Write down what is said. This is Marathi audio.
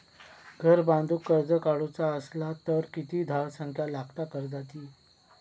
घर बांधूक कर्ज काढूचा असला तर किती धावसंख्या लागता कर्जाची?